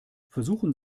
versuchen